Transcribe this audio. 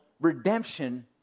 redemption